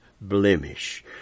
blemish